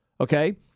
Okay